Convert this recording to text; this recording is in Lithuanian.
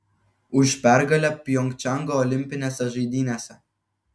už pergalę pjongčango olimpinėse žaidynėse